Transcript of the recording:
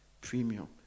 premium